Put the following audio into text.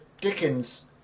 dickens